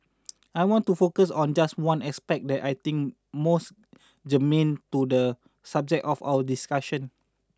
I want to focus on just one aspect that I think most germane to the subject of our discussion